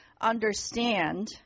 understand